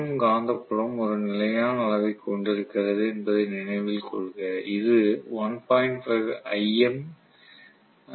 சுழலும் காந்தப்புலம் ஒரு நிலையான அளவைக் கொண்டிருக்கிறது என்பதை நினைவில் கொள்க இது 1